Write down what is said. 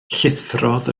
llithrodd